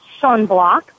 sunblock